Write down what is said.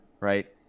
right